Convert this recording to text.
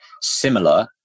similar